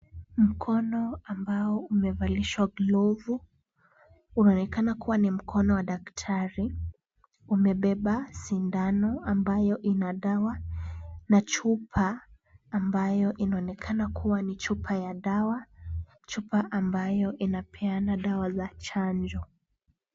Mkono ambao umevalishwa glovu. Unaonekana kuwa ni mkono wa daktari. Umebeba sindano ambayo ina dawa na chupa ambayo inaonekana kuwa ni chupa ya dawa, chupa ambayo inapeana dawa za chanjo.